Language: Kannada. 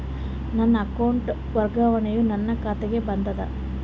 ನನ್ನ ಅಮೌಂಟ್ ವರ್ಗಾವಣೆಯು ನನ್ನ ಖಾತೆಗೆ ಬಂದದ